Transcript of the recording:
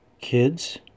kids